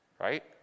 Right